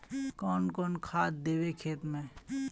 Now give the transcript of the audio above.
कौन कौन खाद देवे खेत में?